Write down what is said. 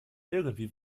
irgendwie